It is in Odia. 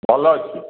ଭଲ ଆଛି